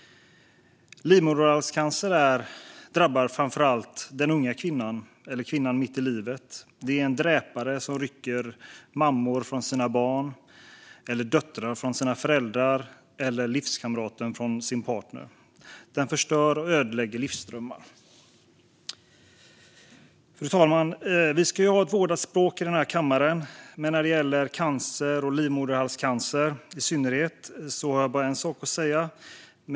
Livmoderhalscancer drabbar framför allt den unga kvinnan, eller kvinnan mitt i livet. Det är en dräpare som rycker mammor från barn, döttrar från föräldrar och livskamrater från partner. Den förstör och ödelägger livsdrömmar. Fru talman! Vi ska ju ha ett vårdat språk i den här kammaren, men när det gäller cancer, i synnerhet livmoderhalscancer, har jag bara en sak att säga.